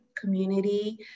community